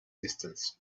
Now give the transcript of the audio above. distance